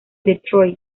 detroit